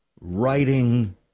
writing